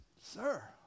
sir